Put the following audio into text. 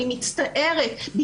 אני מצטערת.